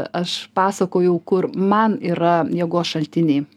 aš pasakojau kur man yra jėgos šaltiniai